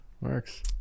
works